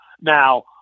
Now